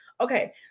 Okay